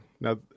Now